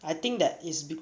I think that is b~